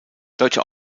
deutsche